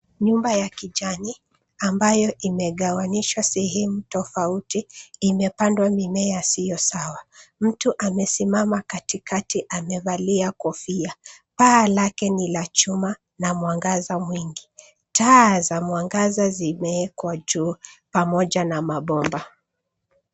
Nyumba ya kijani ambayo imegawanyishwa sehemu tofauti imepandwa mimea isiyo sawa. Mtu amesimama katikati amevalia kofia. Paa lake ni la chuma na mwangaza mwingi. Taa za mwangaza zimeekwa juu pamoja na mabomba.